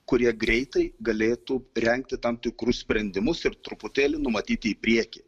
kurie greitai galėtų rengti tam tikrus sprendimus ir truputėlį numatyti į priekį